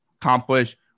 accomplish